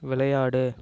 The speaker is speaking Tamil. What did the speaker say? விளையாடு